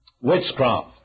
Witchcraft